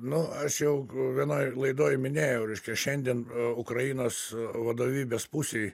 nu aš jau vienoj laidoj minėjau reiškia šiandien ukrainos vadovybės pusėj